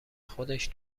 خودش